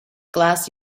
glass